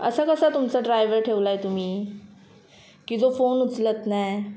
असा कसा तुमचा ड्रायवर ठेवला आहे तुमी की जो फोन उचलत नाही